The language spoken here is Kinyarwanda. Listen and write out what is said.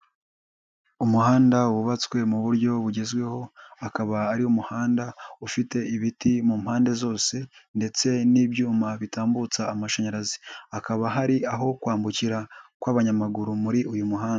Umuhanda wubatswe mu buryo bugezweho akaba ari umuhanda ufite ibiti mu mpande zose ndetse n'ibyuma bitambutsa amashanyarazi, hakaba hari aho kwambukira kw'abanyamaguru muri uyu muhanda.